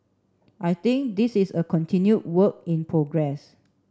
I think this is a continued work in progress